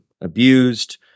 Abused